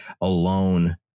alone